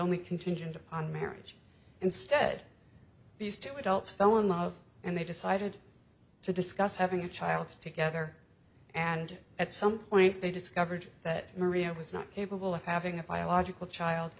only contingent upon marriage instead these two adults fell in love and they decided to discuss having a child together and at some point they discovered that maria was not capable of having a biological child